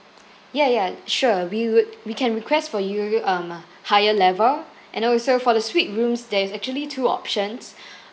ya ya sure we would we can request for you um higher level and also for the suite rooms there is actually two options